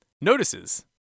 notices